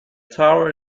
tower